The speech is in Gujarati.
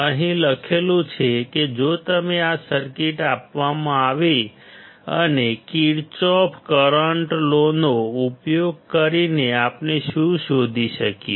અહીં લખેલું છે કે જો તમને આ સર્કિટ આપવામાં આવે પછી કિર્ચોફ કરંટ લોનો ઉપયોગ કરીને આપણે શું શોધી શકીએ